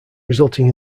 resulting